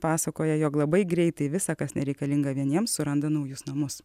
pasakoja jog labai greitai visa kas nereikalinga vieniems suranda naujus namus